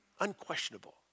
unquestionable